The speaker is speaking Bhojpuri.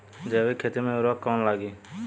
जैविक खेती मे उर्वरक कौन लागी?